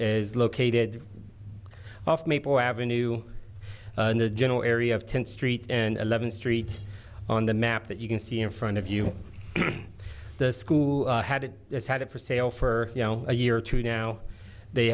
is located off maple avenue in the general area of tenth street and eleventh street on the map that you can see in front of you the school had had it for sale for you know a year or two now they